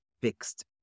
fixed